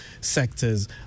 sectors